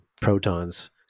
protons